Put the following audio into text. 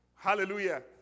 Hallelujah